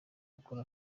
bakora